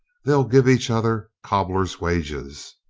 they'll give each other cobbler's wages.